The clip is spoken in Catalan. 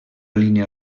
línia